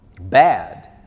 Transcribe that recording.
bad